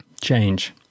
Change